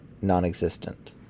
non-existent